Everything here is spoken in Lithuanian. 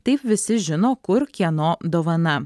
taip visi žino kur kieno dovana